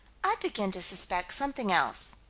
i begin to suspect something else.